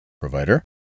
provider